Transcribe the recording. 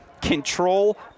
control